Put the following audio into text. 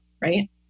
right